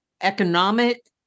economic